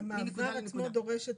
המעבר עצמו דורש את